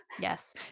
yes